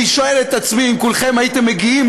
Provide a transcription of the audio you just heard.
אני שואל את עצמי אם כולכם הייתם מגיעים